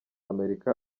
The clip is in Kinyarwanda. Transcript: amerika